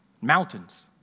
mountains